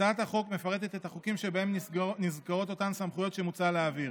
הצעת החוק מפרטת את החוקים שבהם נזכרות אותן סמכויות שמוצע להעביר.